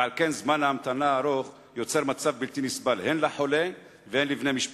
ועל כן זמן ההמתנה הארוך יוצר מצב בלתי נסבל הן לחולה והן לבני משפחתו.